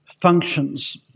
functions